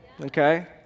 okay